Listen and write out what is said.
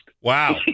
Wow